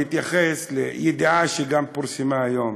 אני רוצה להתייחס לידיעה שגם פורסמה היום.